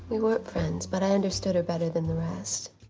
we weren't friends, but i understood her better than the rest.